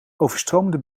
overstroomde